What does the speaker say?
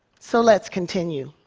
so, let's continue.